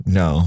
no